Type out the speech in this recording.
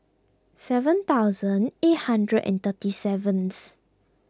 seven thousand eight hundred and thirty seventh